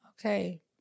Okay